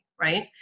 right